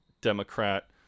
democrat